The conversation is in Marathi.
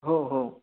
हो हो